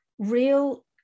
real